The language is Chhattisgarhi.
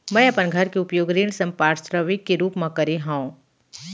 मै अपन घर के उपयोग ऋण संपार्श्विक के रूप मा करे हव